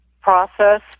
process